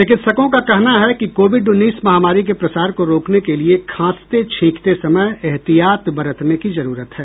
चिकित्सकों का कहना है कि कोविड उन्नीस महामारी के प्रसार को रोकने के लिए खांसते छिकते समय एहतियात बरतने की जरूरत है